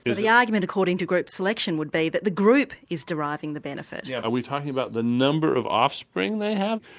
the the argument according to group selection would be that the group is deriving the benefit. yeah are we talking about the number of offspring they have,